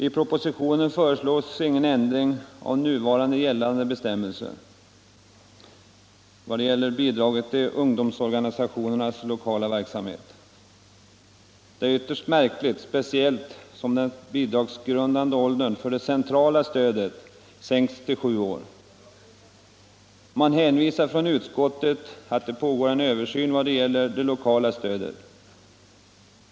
I propositionen föreslås ju ingen ändring av nu gällande bestämmelser vad gäller bidraget till ungdomsorganisationernas lokala verksamhet. Detta är ytterst märkligt, speciellt som den bidragsgrundande åldern för det centrala stödet har sänkts till sju år. Utskottet hänvisar till att det pågår en översyn rörande det lokala stödet.